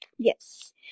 Yes